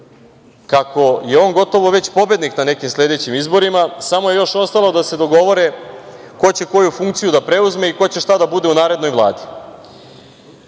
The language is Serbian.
kako je on gotovo već pobednik na nekim sledećim izborima, samo je još ostalo da se dogovore ko će koju funkciju da preuzme i ko će šta da bude u narednoj Vladi.U